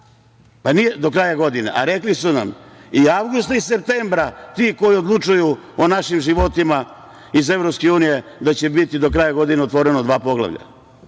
godine. Nije tačno. A rekli su nam – i avgust i septembar, ti koji odlučuju o našim životima iz EU da će biti do kraja godine otvorena dva poglavlja.